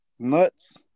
nuts